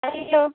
hello